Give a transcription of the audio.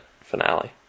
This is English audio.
finale